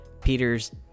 peter's